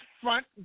front